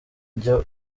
jya